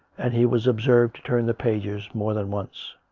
and he was observed to turn the pages more than once.